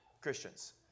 Christians